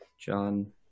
John